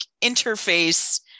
interface